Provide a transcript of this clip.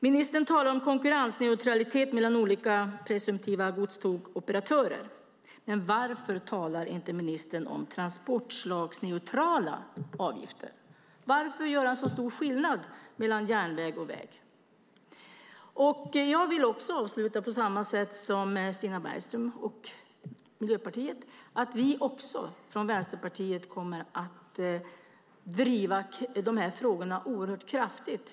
Ministern talar om konkurrensneutralitet mellan olika presumtiva godstågsoperatörer. Men varför talar inte ministern om transportslagsneutrala avgifter? Varför göra så stor skillnad mellan järnväg och väg? Jag vill avsluta på samma sätt som Stina Bergström och Miljöpartiet. Vi i Vänsterpartiet kommer också att driva de här frågorna oerhört kraftigt.